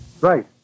Right